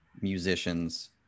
musicians